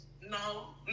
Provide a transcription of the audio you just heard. No